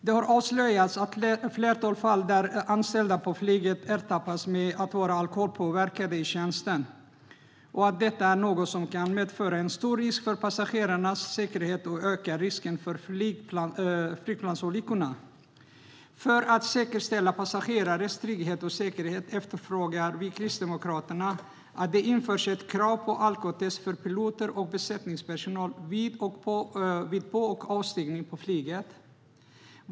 Det har avslöjats ett flertal fall där anställda på flyget har ertappats med att vara alkoholpåverkade i tjänsten. Detta är något som kan medföra stor risk för passagerarnas säkerhet och öka risken för flygplansolyckor. För att säkerställa passagerares trygghet och säkerhet efterfrågar vi kristdemokrater att det införs ett krav på alkoholtest för piloter och besättningspersonal vid på och avstigning på flyget.